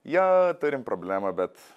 jo turim problemą bet